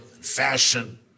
fashion